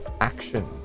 action